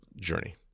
journey